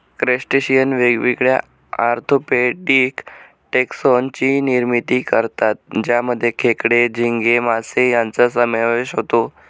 crustacean वेगवेगळ्या orthopaedic taxon ची निर्मिती करतात ज्यामध्ये खेकडे, झिंगे, मासे यांचा समावेश असतो